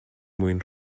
mwyn